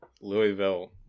Louisville